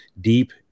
deep